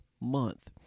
month